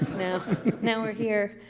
now now we're here.